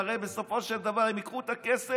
הרי בסופו של דבר הם ייקחו את הכסף,